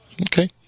Okay